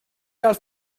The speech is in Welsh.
gael